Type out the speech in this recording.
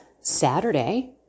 Saturday